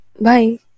Bye